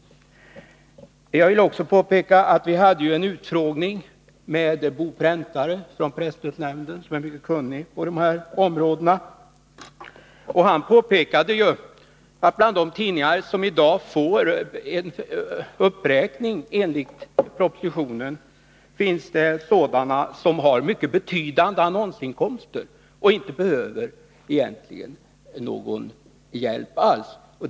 Jag vill också påpeka att vi hade en utfrågning med Bo Präntare från presstödsnämnden, som är mycket kunnig på dessa områden. Han framhöll att bland de tidningar som i dag får en uppräkning enligt propositionen finns det sådana som har mycket betydande annonsinkomster och egentligen inte behöver någon hjälp alls.